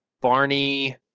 Barney